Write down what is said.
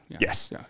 yes